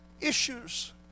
issues